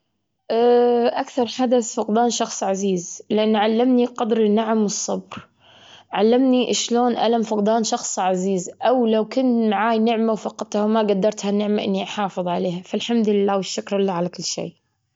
طالعة للبر أنا حبيت أني أطلع للبر، والأجواء، والناس، كان شيء خيالي. وسوينا سفاري على الرمل، وسوينا كل شيء، وشوينا بعد طلعة. يعني برا شوي على طول، ونلعب، ونسوي أشياء ترفيهية جميلة.